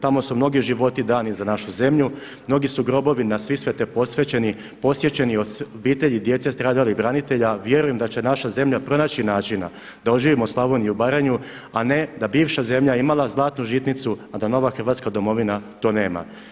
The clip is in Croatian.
Tamo su mnogi živi dani za našu zemlju, mnogi su grobovi na Svisvete posvećeni, posjećeni od obitelji i djece stradalih branitelja, a vjerujem da će naša zemlja pronaći načina da oživimo Slavoniju i Baranju a ne da bivša zemlja imala je zlatnu žitnicu a da nova Hrvatska domovina to nema.